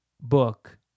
book